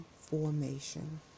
formation